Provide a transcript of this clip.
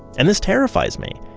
and this terrifies me.